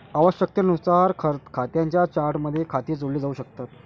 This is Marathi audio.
आवश्यकतेनुसार खात्यांच्या चार्टमध्ये खाती जोडली जाऊ शकतात